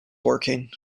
working